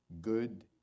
good